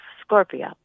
Scorpio